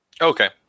Okay